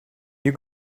you